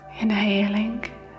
Inhaling